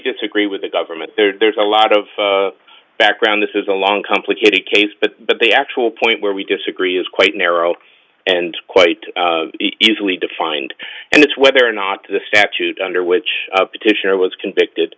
disagree with the government there's a lot of background this is a long complicated case but but the actual point where we disagree is quite narrow and quite easily defined and it's whether or not the statute under which petitioner was convicted